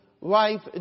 life